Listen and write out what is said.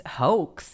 hoax